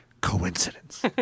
coincidence